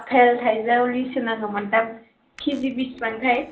apple थाइजौ लिसु नांगौमोन दा किजि बिसिबांथाय